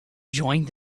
joined